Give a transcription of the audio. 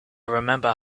remember